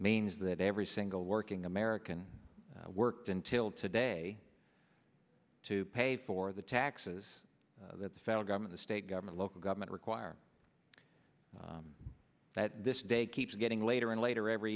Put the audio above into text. means that every single working american worked until today to pay for the taxes that's federal government state government local government require that this day keeps getting later and later every